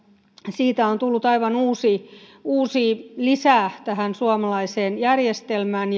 siitä on tullut aivan uusi uusi lisä tähän suomalaiseen järjestelmään